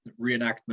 reenactment